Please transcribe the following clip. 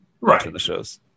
Right